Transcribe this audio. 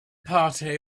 party